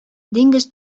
диңгез